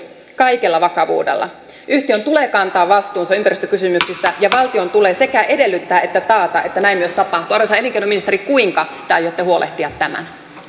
kaikella vakavuudella yhtiön tulee kantaa vastuunsa ympäristökysymyksissä ja valtion tulee sekä edellyttää että taata että näin myös tapahtuu arvoisa elinkeinoministeri kuinka te aiotte huolehtia tämän